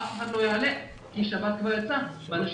אף אחד לא יעלה כי שבת כבר יצאה ואנשים